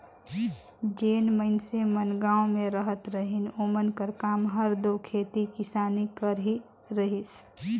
जेन मइनसे मन गाँव में रहत रहिन ओमन कर काम हर दो खेती किसानी कर ही रहिस